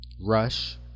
Rush